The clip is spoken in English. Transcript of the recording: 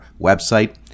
website